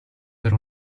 per